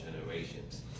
generations